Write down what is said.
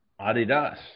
Adidas